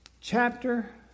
Chapter